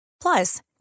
plus